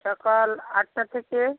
সকাল আটটা থেকে